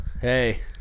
Hey